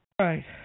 right